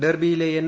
ഡെർബിയിലെ N